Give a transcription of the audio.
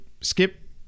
Skip